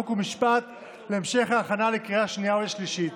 חוק ומשפט להמשך הכנה לקריאה שנייה ושלישית.